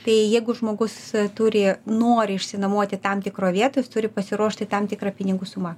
tai jeigu žmogus turi nori išsinuomoti tam tikroj vietoj jis turi pasiruošti tam tikrą pinigų sumą